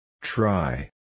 Try